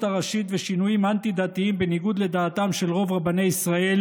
הראשית ושינויים אנטי-דתיים בניגוד לדעתם של רוב רבני ישראל,